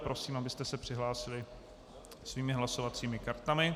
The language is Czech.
Prosím, abyste se přihlásili svými hlasovacími kartami.